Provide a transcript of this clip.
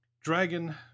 dragon